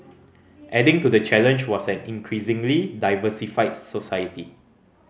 adding to the challenge was an increasingly diversified society